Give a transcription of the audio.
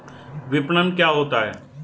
विपणन क्या होता है?